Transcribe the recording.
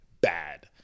bad